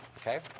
okay